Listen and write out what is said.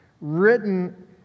written